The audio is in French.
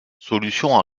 solution